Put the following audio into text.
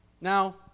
Now